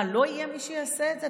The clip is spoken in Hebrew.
מה, לא יהיה מי שיעשה את זה?